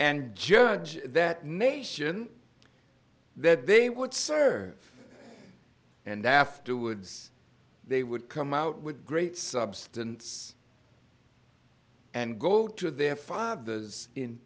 and judge that nation that they would serve and then afterwards they would come out with great substance and go to their fathers in